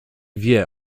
wie